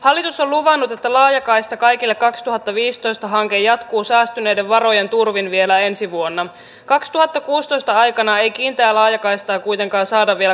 puolustusvoimat on luvannut että laajakaista kaikille kaksituhattaviisitoista hanke joutunut aiemmin merkittävien leikkausten kohteeksi ja tämä kehitys on uhannut viedä puolustusvalmiutemme kehittymistä väärään suuntaan